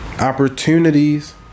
Opportunities